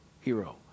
hero